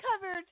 covered